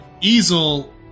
Easel